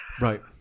Right